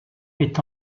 est